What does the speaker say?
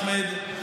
אחמד,